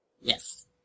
Yes